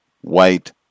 White